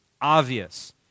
Obvious